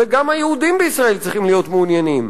וגם היהודים בישראל צריכים להיות מעוניינים